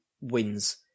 wins